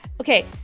Okay